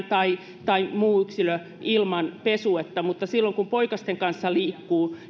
tai tai muu yksilö kulkee yksinään ilman pesuetta mutta silloin kun poikasten kanssa liikkuu